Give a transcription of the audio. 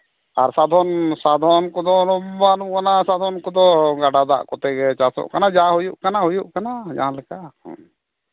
ᱟᱨ ᱥᱟᱫᱷᱚᱱ ᱥᱟᱫᱷᱚᱱ ᱠᱚᱫᱚ ᱵᱟᱹᱱᱩᱜᱼᱟᱱᱟ ᱥᱟᱫᱷᱚᱱ ᱠᱚᱫᱚ ᱜᱟᱰᱟ ᱫᱟᱜ ᱠᱚᱛᱮ ᱜᱮ ᱪᱟᱥᱚᱜ ᱠᱟᱱᱟ ᱡᱟ ᱦᱩᱭᱩᱜ ᱠᱟᱱᱟ ᱦᱩᱭᱩᱜ ᱠᱟᱱᱟ ᱡᱟᱦᱟᱸᱞᱮᱠᱟ ᱦᱩᱸ